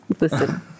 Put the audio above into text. Listen